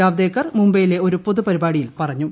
ജാവ്ദേക്കർ മുംബൈയിലെ ഒരു പൊതുപരിപാടിയിൽ പറഞ്ഞു